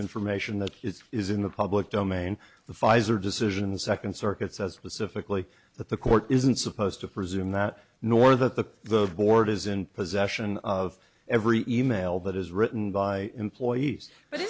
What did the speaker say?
information that is in the public domain the pfizer decision second circuit says with difficultly that the court isn't supposed to presume that nor that the board is in possession of every e mail that is written by employees but